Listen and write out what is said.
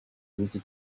z’iki